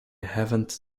haven’t